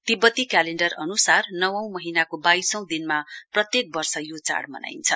तिब्बती क्यालेण्डर अनुसार नवौं महानीको बाइसौं दिनमा प्रत्येक वर्ष यो चाड मनाइन्छ